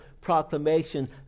proclamation